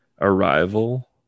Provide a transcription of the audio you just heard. Arrival